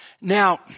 Now